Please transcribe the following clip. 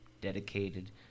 dedicated